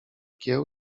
kieł